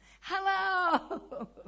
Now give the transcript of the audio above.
Hello